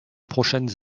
prochaines